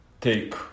take